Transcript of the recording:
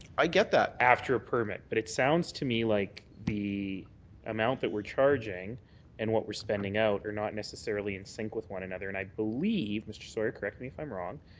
i get that after a permit. but it sounds to me like the amount that we're charging and what we're sending out are not necessarily in sync with one another and i believe mr. sawyer, correct me if i'm wrong,